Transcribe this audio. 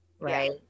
Right